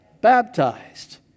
Baptized